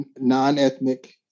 non-ethnic